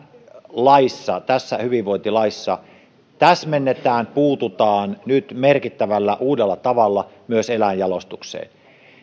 laissa tässä hyvinvointilaissa täsmennetään puututaan nyt merkittävällä uudella tavalla myös eläinjalostukseen